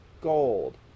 gold